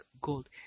gold